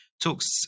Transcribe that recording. talks